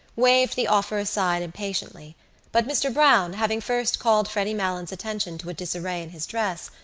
waved the offer aside impatiently but mr. browne, having first called freddy malins' attention to a disarray in his dress,